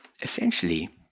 Essentially